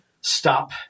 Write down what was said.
Stop